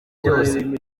byose